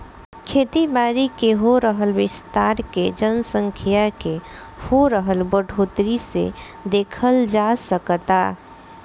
खेती बारी के हो रहल विस्तार के जनसँख्या के हो रहल बढ़ोतरी से देखल जा सकऽता